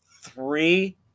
three